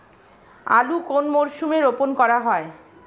আলু কোন মরশুমে রোপণ করা হয়?